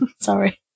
Sorry